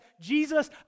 Jesus